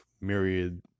myriad